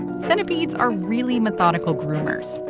centipedes are really methodical groomers.